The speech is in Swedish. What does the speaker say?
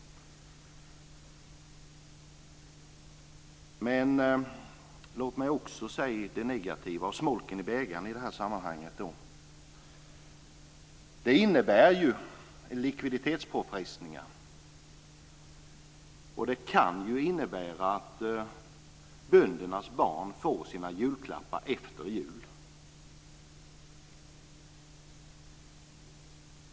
Men låt mig också nämna det negativa och smolken i bägaren i det här sammanhanget. Det innebär likviditetspåfrestningar. Det kan innebära att böndernas barn får sin julklappar efter jul.